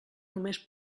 només